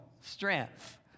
strength